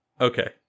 okay